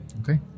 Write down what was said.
Okay